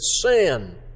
sin